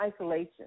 isolation